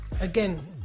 again